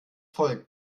volk